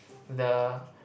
the